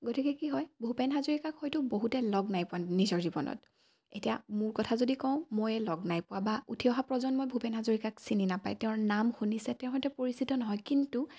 গতিকে কি হয় ভূপেন হাজৰিকাক হয়টো বহুতে লগ নাই পোৱা নিজৰ জীৱনত এতিয়া মোৰ কথা যদি কওঁ ময়ে লগ নাই পোৱা বা উঠি অহা প্ৰজন্মই ভূপেন হাজৰিকাক চিনি নাপায় তেওঁৰ নাম শুনিছে তেওঁৰ সৈতে পৰিচিত নহয় কিন্তু